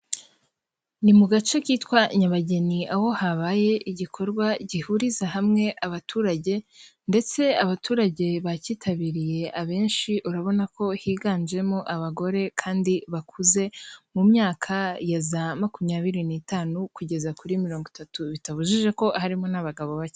Ni mu gace kitwa Nyabageni, aho habaye igikorwa gihuriza hamwe abaturage ndetse abaturage bacyitabiriye abenshi urabona ko higanjemo abagore kandi bakuze mu myaka ya za makumyabiri n'itanu kugeza kuri mirongo itatu, bitabujije ko harimo n'abagabo bake.